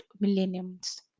millenniums